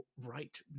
right